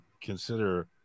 consider